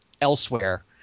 elsewhere